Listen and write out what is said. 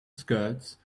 skirts